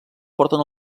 porten